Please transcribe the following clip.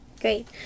Great